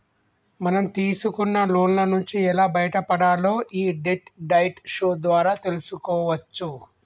మనం తీసుకున్న లోన్ల నుంచి ఎలా బయటపడాలో యీ డెట్ డైట్ షో ద్వారా తెల్సుకోవచ్చు